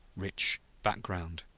rich background.